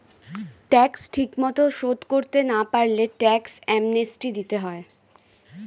tax ঠিকমতো শোধ করতে না পারলে ট্যাক্স অ্যামনেস্টি দিতে হয়